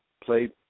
played